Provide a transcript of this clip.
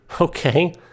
Okay